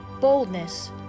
boldness